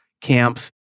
camps